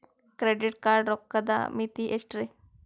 Credit card ಗ ರೋಕ್ಕದ್ ಮಿತಿ ಎಷ್ಟ್ರಿ?